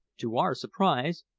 to our surprise,